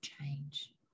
change